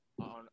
on